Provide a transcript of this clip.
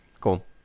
Cool